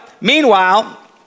meanwhile